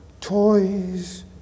toys